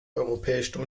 europäischen